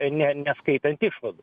ne neskaitant išvadų